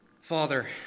Father